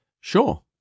Sure